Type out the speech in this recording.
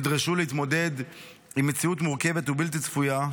נדרשו להתמודד עם מציאות מורכבת ובלתי צפויה,